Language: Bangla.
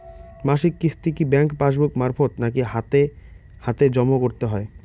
মাসিক কিস্তি কি ব্যাংক পাসবুক মারফত নাকি হাতে হাতেজম করতে হয়?